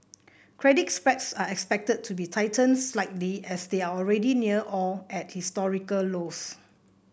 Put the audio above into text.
credit spreads are expected to be tightened slightly as they are already near or at historical lows